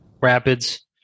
Rapids